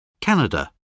Canada